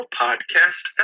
podcast